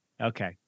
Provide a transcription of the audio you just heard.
Okay